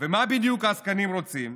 מה בדיוק העסקנים רוצים?